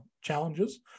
challenges